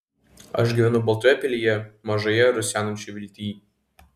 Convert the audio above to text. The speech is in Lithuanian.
aš gyvenu baltoje pilyje mažoje rusenančioje viltyj